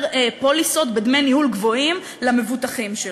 פוליסות בדמי ניהול גבוהים למבוטחים שלו.